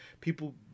people